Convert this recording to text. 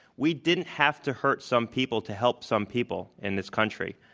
we didn't have to hurt some people to help some people in this country,